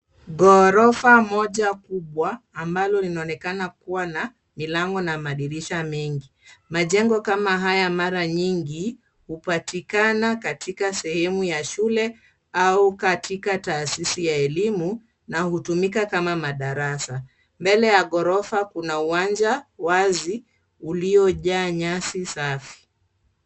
Ghorofa moja kubwa ambalo linaonekana kuwa na milango na madirisha mengi. Majengo kama haya mara nyingi hupatikana katika sehemu ya shule au katika taasisi ya elimu, na hutumika kama madarasa. Mbele ya ghorofa kuna uwanja wazi uliojaa nyasi safi.